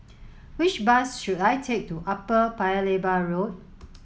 which bus should I take to Upper Paya Lebar Road